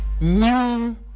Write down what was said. new